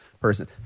person